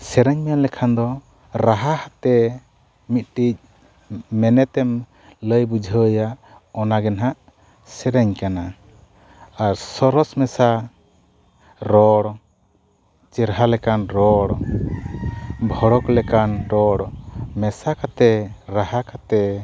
ᱥᱮᱨᱮᱧ ᱢᱮᱱ ᱞᱮᱠᱷᱟᱱ ᱫᱚ ᱨᱟᱦᱟ ᱟᱛᱮᱫ ᱢᱤᱫᱴᱤᱡ ᱢᱮᱱᱮᱛᱮᱢ ᱞᱟᱹᱭ ᱵᱩᱡᱷᱟᱹᱣ ᱟᱭᱟ ᱚᱱᱟ ᱜᱮ ᱱᱟᱦᱟᱜ ᱥᱮᱨᱮᱧ ᱠᱟᱱᱟ ᱟᱨ ᱥᱚᱨᱚᱥ ᱢᱮᱥᱟ ᱨᱚᱲ ᱪᱮᱨᱦᱟ ᱞᱮᱠᱟᱱ ᱨᱚᱲ ᱵᱷᱚᱲᱚᱠ ᱞᱮᱠᱟᱱ ᱨᱚᱲ ᱢᱮᱥᱟ ᱠᱟᱛᱮᱫ ᱨᱟᱦᱟ ᱠᱟᱛᱮᱫ